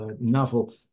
novel